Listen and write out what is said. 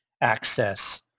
access